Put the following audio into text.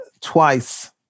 twice